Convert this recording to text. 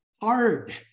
hard